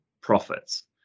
profits